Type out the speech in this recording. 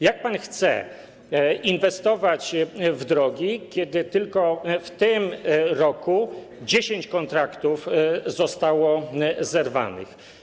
Jak pan chce inwestować w drogi, kiedy tylko w tym roku 10 kontraktów zostało zerwanych?